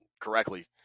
correctly